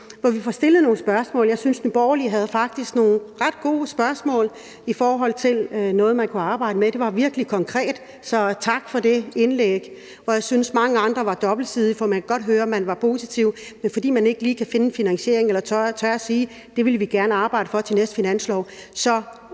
hvor vi får stillet nogle spørgsmål. Jeg synes, at de borgerlige partier faktisk havde nogle ret gode spørgsmål i forhold til noget, man kunne arbejde med. Det var virkelig konkret, så tak for det indlæg. Og jeg synes, at mange andre indlæg var dobbeltsidige, for jeg kunne godt høre, at man var positiv, men fordi der ikke lige er en finansiering, eller ikke tør sige, at det vil man gerne arbejde for til næste finanslov, så